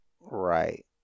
Right